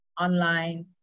online